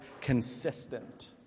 consistent